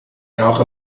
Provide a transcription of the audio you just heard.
talk